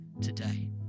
today